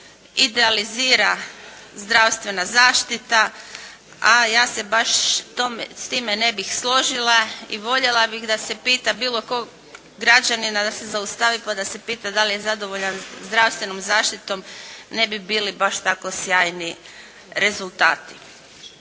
idealizira zdravstvena zaštita, a ja se baš s time ne bih složila i voljela bih da se pita bilo kog građanina da se zaustavi pa da se pita da li je zadovoljan zdravstvenom zaštitom, ne bi bili baš tako sjajni rezultati.